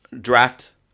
draft